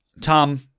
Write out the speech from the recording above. Tom